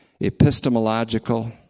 epistemological